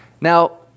Now